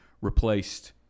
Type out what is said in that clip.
replaced